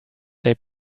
they